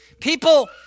People